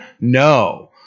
no